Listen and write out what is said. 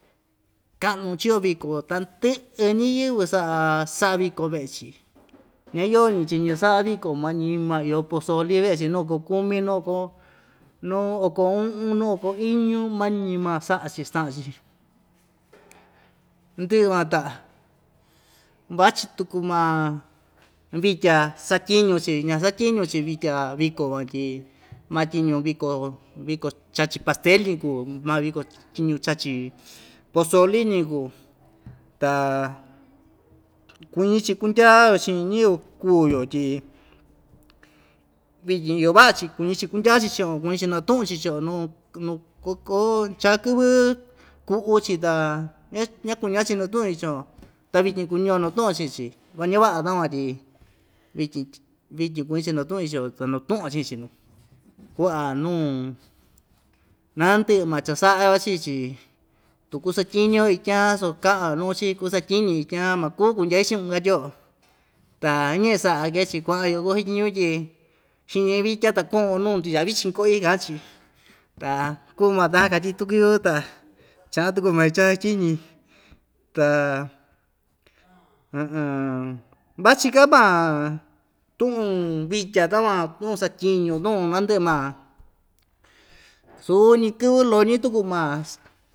Ka'nu chio viko tandɨ'ɨ ñiyɨvɨ sa'a sa'a viko ve'e‑chi ñayoñi‑chi ñasa'a viko mañi maa iyo pozoli ve'e‑chi nu oko kumi nu oko nu oko u'un nu oko iñu mañi maa sa'a‑chi sta'an‑chi ndɨ'ɨ van ta vachi tuku ma vitya satyiñu‑chi ñasatyiñu‑chi vitya viko van tyi matyiñu viko viko chachi pastel‑ñi kuu ma viko tyiñu chachi pozoli‑ñi kuu ta kuñi‑chi kundya‑yo chi'in ñɨvɨ kuu‑yo tyi vityin iyo va'a‑chi kuñi‑chi kundyaa‑chi chi'in‑yo kuñi‑chi natu'un‑chi chi'in‑yo nuu cha kɨvɨ ku'u‑chi ta ña ñakuñika‑chi natu'un‑chi chi'in‑yo ta vityin kuñio natu'un‑yo chi'in‑chi va ñava'a takuan tyi vityin vityin kuñi‑chi natu'un‑chi chi'in‑yo ta natu'un‑yo chi'in‑chi nu ku'a nuu nandɨ'ɨ ma cha‑sa'a‑yo chii‑chi tu kusatyiñuo ityan so ka'an‑yo nuu‑chi kusatyiñi ityaan maku kundyai chi'un katyio ta ñe'e sa'a kee‑chi kua'an yo'o kusatyiñu tyi xiñi vitya ta ku'von nuu ndutya vichin ko'i ka'a‑chi ta kuu‑ma tan katyi tuku yu'u ta cha'an tuku mai chasatyiñi ta vachi‑ka maa tu'un vitya takuan tu'un satyiñu tu'un nandɨ'ɨ maa suu‑ñi kɨvɨ loñi tuku maa.